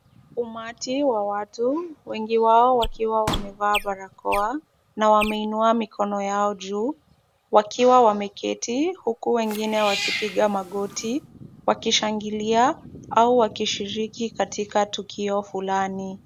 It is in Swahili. Umati wa watu wengi wao wakiwa wamevaa barakoa na wameinua mikono yao juu, wakiwa wameketi huku wengine wakipiga magoti, wakishangilia au wakishiriki katika tukio fulani.